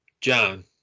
John